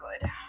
good